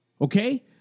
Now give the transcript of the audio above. Okay